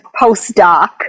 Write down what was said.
postdoc